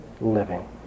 living